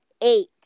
eight